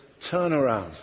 turnaround